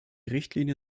richtlinie